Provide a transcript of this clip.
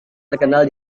terkenal